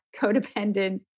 codependent